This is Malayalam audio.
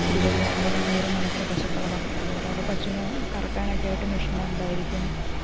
ഇരുപതും അൻപതും നൂറും കണക്കിന് പശുക്കളെ വളർത്തുന്ന അന്നേരം അവിടെ പശുവിനെ കറക്കാനൊക്കെ ആയിട്ട് മഷീൻ ഉണ്ടായിരിക്കും